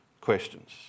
questions